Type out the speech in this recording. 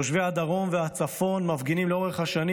תושבי הדרום והצפון מפגינים לאורך השנים